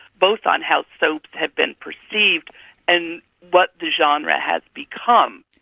both on how soaps have been perceived and what the genre has become.